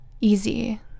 easy